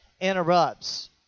interrupts